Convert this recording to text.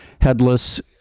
headless